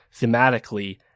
thematically